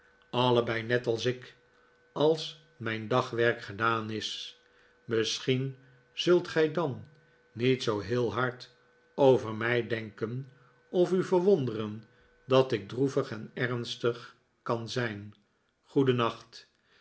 allebei net als ik als mijn dagwerk gedaan is misschien zult gij dan niet zoo heel hard over mij denken of u verwonderen dat ik droevig en ernstig kan zijn